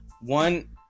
One